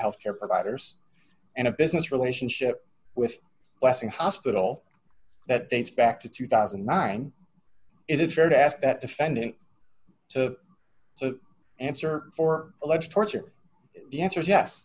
health care providers and a business relationship with a blessing hospital that dates back to two thousand and nine is it fair to ask that defendant to to answer for alleged torture the answer is yes